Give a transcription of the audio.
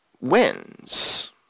wins